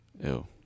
Ew